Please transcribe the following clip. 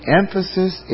emphasis